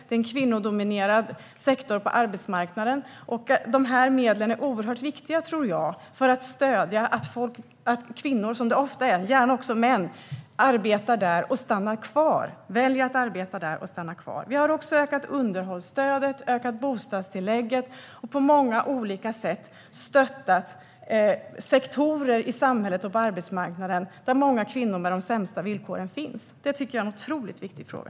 Det är en kvinnodominerad sektor på arbetsmarknaden, och jag tror att dessa medel är oerhört viktiga för att kvinnor - som det ofta är, men gärna också män - ska välja att arbeta och stanna kvar där. Vi har också ökat underhållsstödet och bostadstillägget och på många olika sätt stöttat sektorer i samhället och på arbetsmarknaden där många av de kvinnor med sämst villkor finns. Det tycker jag är en otroligt viktig fråga.